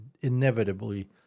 inevitably